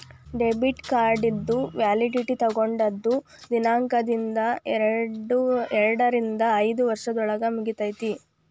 debit ಕಾರ್ಡಿಂದು validity ತೊಗೊಂಡದ್ ದಿನಾಂಕ್ದಿಂದ ಎರಡರಿಂದ ಐದ್ ವರ್ಷದೊಳಗ ಮುಗಿತೈತಿ